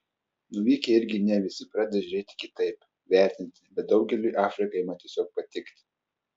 nuvykę irgi ne visi pradeda žiūrėti kitaip vertinti bet daugeliui afrika ima tiesiog patikti